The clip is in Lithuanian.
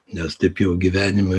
nes taip jau gyvenime